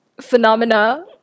phenomena